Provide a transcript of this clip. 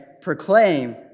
proclaim